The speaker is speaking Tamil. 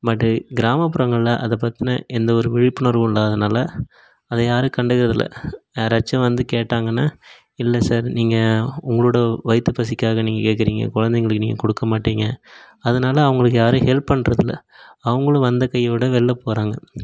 பட்டு கிராமப்புறங்களில் அதை பற்றின எந்த ஒரு விழிப்புணர்வும் இல்லாததினால அதை யாரும் கண்டுக்கறதில்லை யாராச்சும் வந்து கேட்டாங்கன்னால் இல்லை சார் நீங்கள் உங்களோடய வயிற்று பசிக்காக நீங்கள் கேட்கறீங்க குழந்தைங்களுக்கு நீங்கள் கொடுக்க மாட்டிங்க அதனால அவங்களுக்கு யாரும் ஹெல்ப் பண்றதில்லை அவங்களும் வந்த கையோடு வெளியில் போகிறாங்க